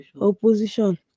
opposition